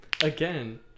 again